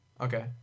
Okay